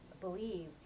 believe